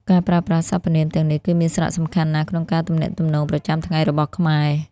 ការប្រើប្រាស់សព្វនាមទាំងនេះគឺមានសារៈសំខាន់ណាស់ក្នុងការទំនាក់ទំនងប្រចាំថ្ងៃរបស់ខ្មែរ។